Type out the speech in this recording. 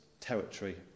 Territory